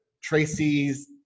Tracy's